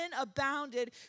abounded